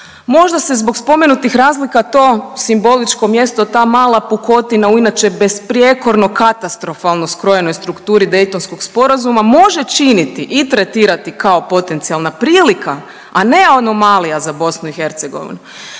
Možda se zbog spomenutih razlika to simbolično mjesto ta mala pukotina u inače besprijekorno katastrofalno skrojenoj strukturi Daytonskog sporazuma može činiti i tretirati kao potencijalna prilika, a ne anomalija za BiH.